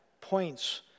points